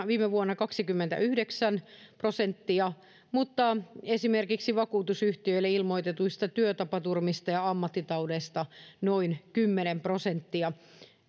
viime vuonna kaksikymmentäyhdeksän prosenttia ja esimerkiksi vakuutusyhtiöille ilmoitetuista työtapaturmista ja ammattitaudeista noin kymmenen prosenttia oli